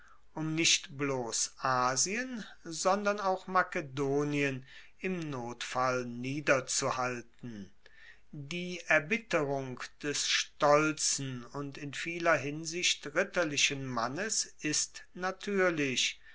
um nicht bloss asien sondern auch makedonien im notfall niederzuhalten die erbitterung des stolzen und in vieler hinsicht ritterlichen mannes ist natuerlich